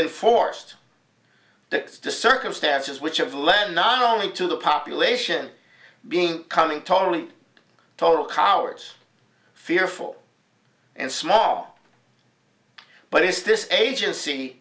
in forced the circumstances which of lend not only to the population being coming totally total collards fearful and small but it's this agency